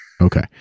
okay